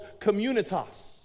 communitas